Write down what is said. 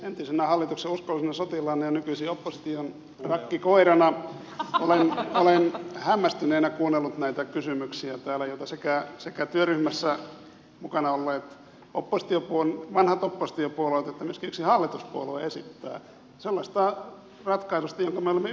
entisenä hallituksen uskollisena sotilaana ja nykyisin opposition rakkikoirana olen hämmästyneenä kuunnellut näitä kysymyksiä joita sekä työryhmässä mukana olleet vanhat oppositiopuolueet että myöskin yksi hallituspuolue esittävät sellaisesta ratkaisusta jonka me olemme yksimielisesti tehneet